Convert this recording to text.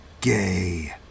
Gay